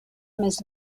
més